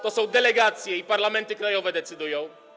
to są delegacje, to parlamenty krajowe decydują.